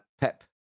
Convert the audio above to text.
Pep